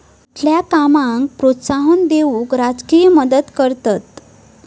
कुठल्या कामाक प्रोत्साहन देऊक राजकीय मदत करतत